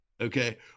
Okay